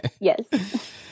yes